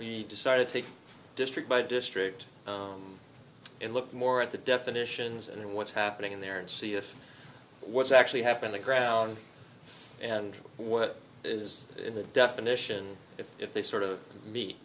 we decided to take district by district and look more at the definitions and what's happening there and see if what's actually happened the ground and what is in the definition if if they sort of me